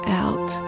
out